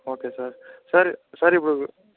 okay sir sir sir ఇప్పుడు